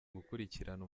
gukurikirana